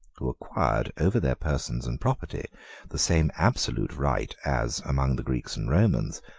who acquired over their persons and property the same absolute right as, among the greeks and romans,